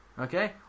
Okay